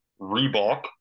Reebok